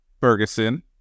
Ferguson